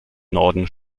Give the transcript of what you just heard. norden